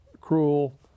cruel